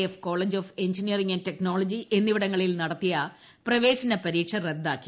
F college of engineering and technology എന്നിവിടങ്ങളിൽ നടത്തിയിട്ട് പ്രവേശന പരീക്ഷ റദ്ദാക്കി